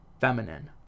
feminine